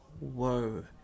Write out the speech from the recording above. whoa